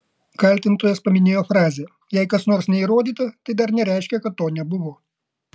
kaltintojas paminėjo frazę jei kas nors neįrodyta tai dar nereiškia kad to nebuvo